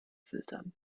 filtern